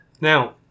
now